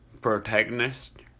protagonist